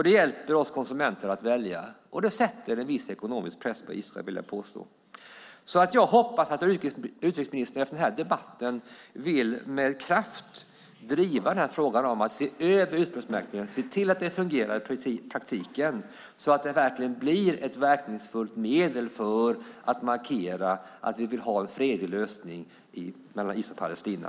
Det hjälper oss konsumenter att välja, och jag vill påstå att det sätter en viss ekonomisk press på Israel. Jag hoppas att utrikesministern efter den här debatten med kraft vill driva frågan om att se över ursprungsmärkningen och se till att den fungerar i praktiken så att den verkligen blir ett verkningsfullt medel för att markera att vi vill ha en fredlig lösning mellan Israel och Palestina.